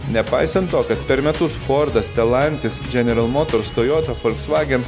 nepaisant to kad per metus fordas stelantis general motors toyota volkswagen